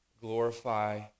glorify